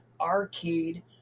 arcade